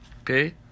okay